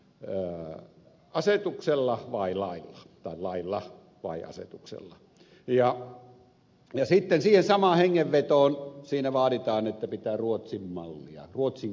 ei ne pitäisikö tässä säätää lailla vai asetuksella ja sitten samaan hengenvetoon siinä vaaditaan että pitää ruotsin mallia ruotsin käytäntöä noudattaa